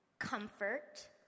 comfort